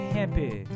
Happy